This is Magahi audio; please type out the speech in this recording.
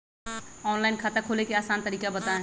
ऑनलाइन खाता खोले के आसान तरीका बताए?